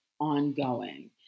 ongoing